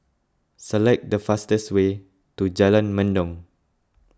select the fastest way to Jalan Mendong